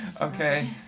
Okay